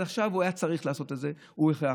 עד עכשיו הוא היה צריך לעשות את זה, הוא הוכרח.